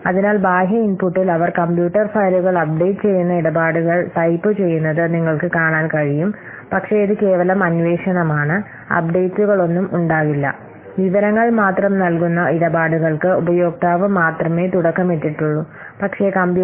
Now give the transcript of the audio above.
അതിനാൽ ബാഹ്യ ഇൻപുട്ടിൽ അവർ കമ്പ്യൂട്ടർ ഫയലുകൾ അപ്ഡേറ്റുചെയ്യുന്ന ഇടപാടുകൾ ടൈപ്പുചെയ്യുന്നത് നിങ്ങൾക്ക് കാണാൻ കഴിയും പക്ഷേ ഇത് കേവലം അന്വേഷണമാണ് അപ്ഡേറ്റുകളൊന്നും ഉണ്ടാകില്ല വിവരങ്ങൾ മാത്രം നൽകുന്ന ഇടപാടുകൾക്ക് ഉപയോക്താവ് മാത്രമേ തുടക്കമിട്ടിട്ടുള്ളൂ